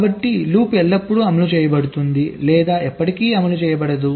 కాబట్టి లూప్ ఎల్లప్పుడూ అమలు చేయబడుతుంది లేదా ఎప్పటికీ అమలు చేయబడదు